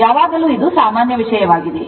ಯಾವಾಗಲೂ ಇದು ಸಾಮಾನ್ಯ ವಿಷಯವಾಗಿದೆ